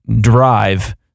Drive